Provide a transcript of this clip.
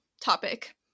topic